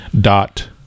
dot